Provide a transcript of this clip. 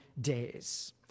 days